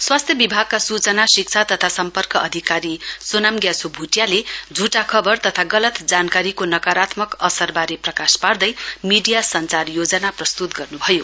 स्वास्थ्य विभागका सूचना शिक्षा तथा सम्पर्क अधिकारी सोनाम ग्याछो भ्टियाले झ्टा खबर तथा गलत जानकारीको नकारात्मक असरबारे प्रकाश पार्दै मीडिया संचार योजना प्रस्तुत गर्नुभयो